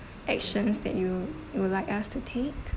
actions that you you would like us to take